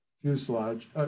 fuselage